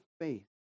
faith